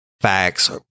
facts